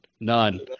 None